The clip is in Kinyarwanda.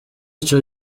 ico